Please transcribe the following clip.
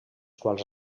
quals